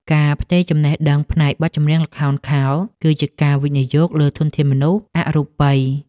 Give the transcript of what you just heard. ការផ្ទេរចំណេះដឹងផ្នែកបទចម្រៀងល្ខោន គឺជាការវិនិយោគលើធនធានមនុស្សអរូបិយ។